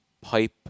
pipe